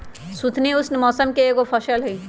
सुथनी उष्ण मौसम के एगो फसल हई